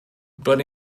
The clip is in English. but